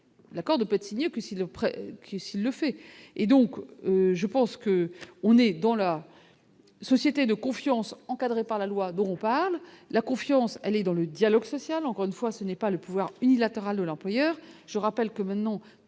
que si le prêt, qui est aussi le fait et donc je pense que on est dans la société de confiance par la loi dont parle la confiance, elle est dans le dialogue social, encore une fois, ce n'est pas le pouvoir unilatéral de l'employeur, je rappelle que maintenant